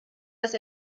dass